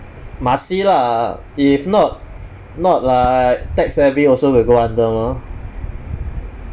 must see lah if not not like tech-savvy also will go under mah